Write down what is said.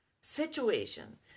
situation